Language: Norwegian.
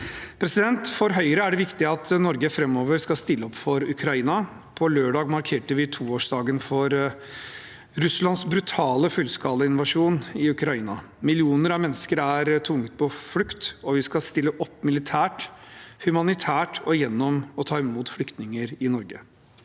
i saken. For Høyre er det viktig at Norge framover skal stille opp for Ukraina. På lørdag markerte vi toårsdagen for Russlands brutale fullskalainvasjon i Ukraina. Millioner av mennesker er tvunget på flukt, og vi skal stille opp militært, humanitært og gjennom å ta imot flyktninger i Norge.